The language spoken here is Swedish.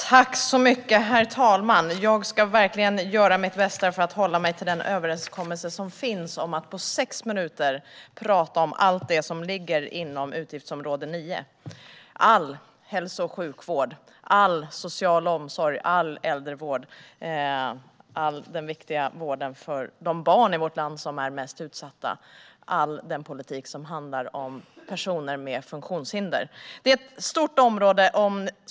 Herr talman! Jag ska verkligen göra mitt bästa för att hålla mig till den överenskommelse som finns om att på sex minuter tala om allt som ligger inom utgiftsområde 9: all hälso och sjukvård, all social omsorg, all äldrevård, all den viktiga vården för de barn i vårt land som är mest utsatta och all politik som handlar om personer med funktionshinder. Det är ett stort område.